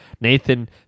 Nathan